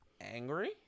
Angry